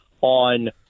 on